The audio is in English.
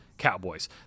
Cowboys